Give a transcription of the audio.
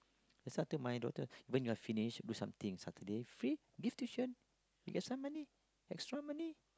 as I thought my daughter when you're finish do something Saturday free give tuition you get some money extra money